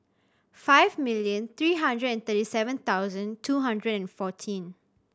five million three hundred and thirty seven thousand two hundred and fourteen